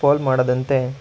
ಪೋಲು ಮಾಡದಂತೆ